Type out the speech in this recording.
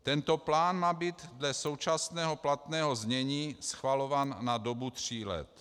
Tento plán má být dle současného platného znění schvalován na dobu tří let.